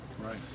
Right